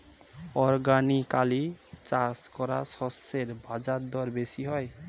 organically চাষ করা শস্যের বাজারদর বেশি হয়